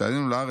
"כשעלינו לארץ,